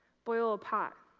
boil a pot.